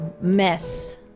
mess